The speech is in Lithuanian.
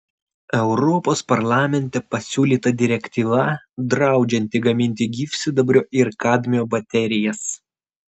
europos parlamente pasiūlyta direktyva draudžianti gaminti gyvsidabrio ir kadmio baterijas